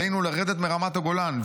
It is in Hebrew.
עלינו לרדת מרמת הגולן.